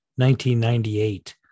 1998